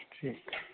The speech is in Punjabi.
ਠੀਕ ਐ